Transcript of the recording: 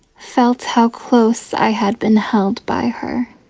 felt how close i had been held by her